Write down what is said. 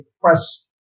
press